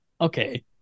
Okay